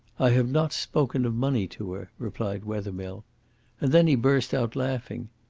i have not spoken of money to her, replied wethermill and then he burst out laughing.